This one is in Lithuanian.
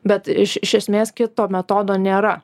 bet iš iš esmės kito metodo nėra